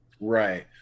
right